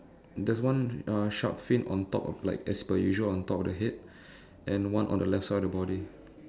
there's one uh shark fin on top of like as per usual on top of the head and one on the left side of the body